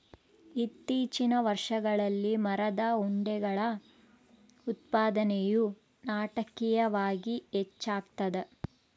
ಇತ್ತೀಚಿನ ವರ್ಷಗಳಲ್ಲಿ ಮರದ ಉಂಡೆಗಳ ಉತ್ಪಾದನೆಯು ನಾಟಕೀಯವಾಗಿ ಹೆಚ್ಚಾಗ್ತದ